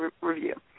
review